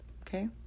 Okay